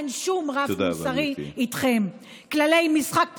אין שום רף מוסרי איתכם על,